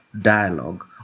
dialogue